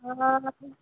অঁ অঁ